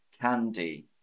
candy